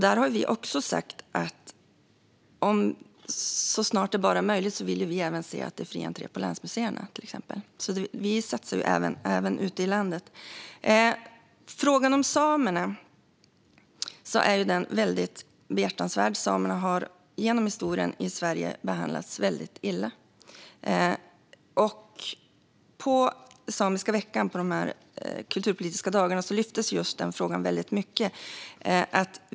Där har vi sagt att så snart det bara är möjligt vill vi se fri entré även på länsmuseerna, till exempel. Vi satsar även ute i landet. Frågan om samerna är väldigt behjärtansvärd. Samerna har genom historien i Sverige behandlats väldigt illa. På samiska veckan under de kulturpolitiska dagarna lyftes den frågan fram väldigt mycket.